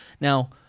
Now